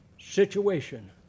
situation